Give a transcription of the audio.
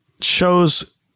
shows